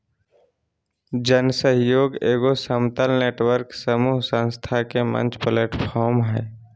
जन सहइोग एगो समतल नेटवर्क समूह संस्था के मंच प्लैटफ़ार्म हइ